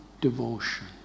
devotion